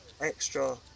extra